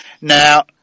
Now